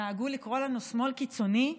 נהגו לקרוא לנו שמאל קיצוני,